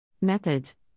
Methods